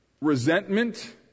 resentment